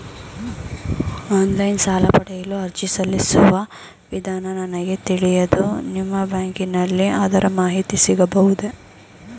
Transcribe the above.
Online ಸಾಲ ಪಡೆಯಲು ಅರ್ಜಿ ಸಲ್ಲಿಸುವ ವಿಧಾನ ನನಗೆ ತಿಳಿಯದು ನಿಮ್ಮ ಬ್ಯಾಂಕಿನಲ್ಲಿ ಅದರ ಮಾಹಿತಿ ಸಿಗಬಹುದೇ?